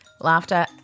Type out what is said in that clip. laughter